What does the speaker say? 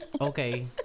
okay